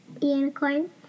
Unicorn